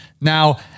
Now